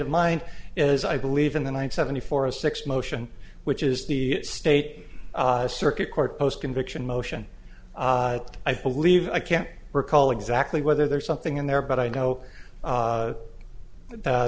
of mind is i believe in the one seventy four a six motion which is the state circuit court post conviction motion i believe i can't recall exactly whether there's something in there but i know